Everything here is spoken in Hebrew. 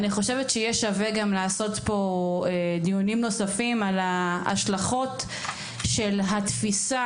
אני חושבת שיהיה שווה גם לעשות פה דיונים נוספים על ההשלכות של התפיסה